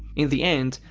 in the end,